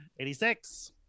86